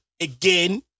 Again